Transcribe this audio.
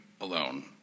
alone